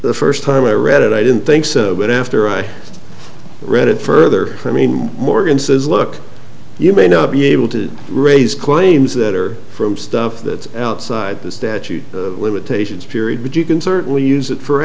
the first time i read it i didn't think so but after i read it further i mean morgan says look you may not be able to raise claims that are from stuff that's outside the statute of limitations period but you can certainly use it for